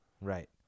Right